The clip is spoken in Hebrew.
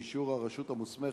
באישור הרשות המוסמכת,